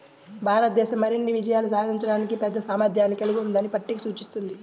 భారతదేశం మరిన్ని విజయాలు సాధించడానికి పెద్ద సామర్థ్యాన్ని కలిగి ఉందని పట్టిక సూచిస్తుంది